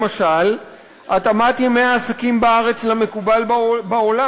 למשל התאמת ימי העסקים בארץ למקובל בעולם.